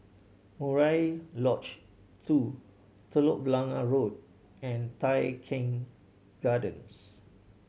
Murai Lodge Two Telok Blangah Road and Tai Keng Gardens